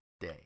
day